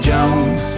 Jones